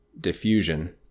diffusion